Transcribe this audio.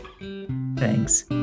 Thanks